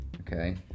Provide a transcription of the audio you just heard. Okay